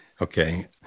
Okay